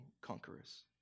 conquerors